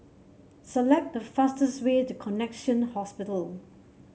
select the fastest way to Connexion Hospital